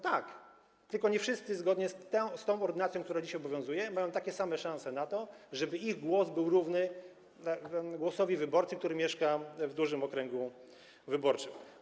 Tak, tylko nie wszyscy zgodnie z tą ordynacją, która dziś obowiązuje, mają takie same szanse na to, żeby ich głos był równy głosowi wyborcy, który mieszka w dużym okręgu wyborczym.